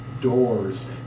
doors